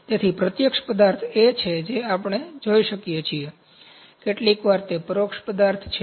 તેથી પ્રત્યક્ષ પદાર્થ એ છે જે આપણે જોઈ શકીએ છીએ કેટલીકવાર તે પરોક્ષ પદાર્થ છે